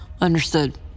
Understood